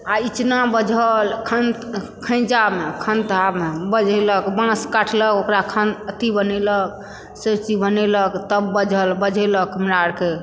आ इचना बझल खन्त खैचाम खन्तामऽ बझैलक बाँस काटलक ओकरा खान अथी बनेलक सभ चीज बनेलक तब बझल बझैलक हमरा आरके